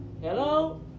hello